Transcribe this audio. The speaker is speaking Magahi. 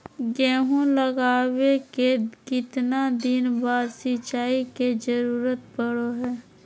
गेहूं लगावे के कितना दिन बाद सिंचाई के जरूरत पड़ो है?